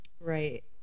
Right